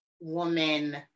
woman